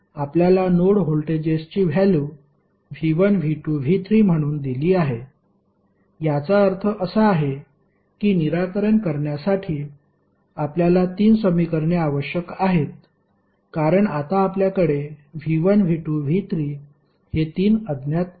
आपल्याला नोड व्होल्टेजेसची value V1 V2 V3 म्हणून दिली आहे याचा अर्थ असा आहे की निराकरण करण्यासाठी आपल्याला तीन समीकरणे आवश्यक आहेत कारण आता आपल्याकडे V1 V2 V3 हे तीन अज्ञात आहेत